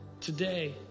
today